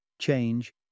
change